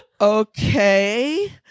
Okay